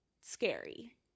scary